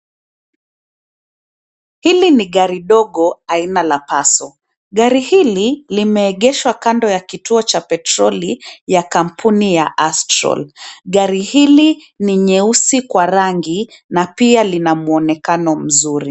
Hili ni gari dogo aina la Passo , gari hili limeegeshwa kando ya kituo cha petroli, ya kampuni ya Astrol, gari hili, ni nyeusi kwa rangi na pia lina mwonekano mzuri.